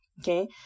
okay